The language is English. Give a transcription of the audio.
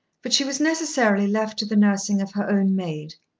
but she was necessarily left to the nursing of her own maid.